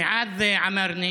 מועאז עמארנה